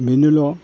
बेनोल'